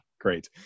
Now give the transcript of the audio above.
Great